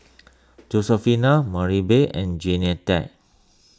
Josefina Maribel and Jeannette